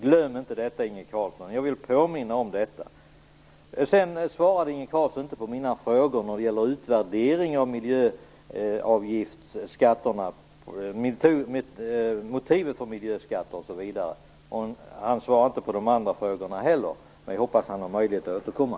Glöm inte detta, Inge Carlsson svarade inte på mina frågor om motiven för miljöskatter. Han svarade inte heller på de andra frågorna, men jag hoppas att han har möjlighet att återkomma.